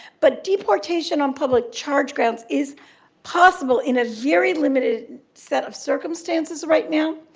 but deportation on public charge grounds is possible in a very limited set of circumstances right now.